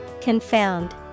Confound